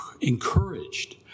encouraged